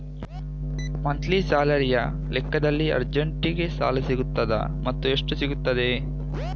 Monthly ಸ್ಯಾಲರಿಯ ಲೆಕ್ಕದಲ್ಲಿ ಅರ್ಜೆಂಟಿಗೆ ಸಾಲ ಸಿಗುತ್ತದಾ ಮತ್ತುಎಷ್ಟು ಸಿಗುತ್ತದೆ?